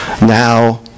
now